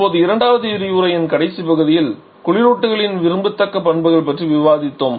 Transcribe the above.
இப்போது இரண்டாவது விரிவுரையின் கடைசி பகுதியில் குளிரூட்டிகளின் விரும்பத்தக்க பண்புகள் பற்றி விவாதித்தோம்